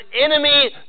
enemy